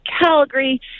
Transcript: Calgary